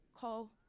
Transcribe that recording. call